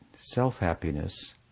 self-happiness